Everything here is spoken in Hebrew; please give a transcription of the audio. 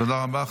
תודה רבה.